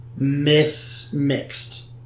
mismixed